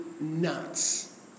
nuts